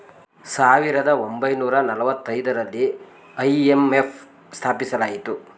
ಸಾವಿರದ ಒಂಬೈನೂರ ನಾಲತೈದರಲ್ಲಿ ಐ.ಎಂ.ಎಫ್ ಸ್ಥಾಪಿಸಲಾಯಿತು